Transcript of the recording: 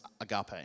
agape